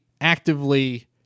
actively